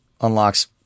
unlocks